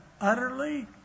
utterly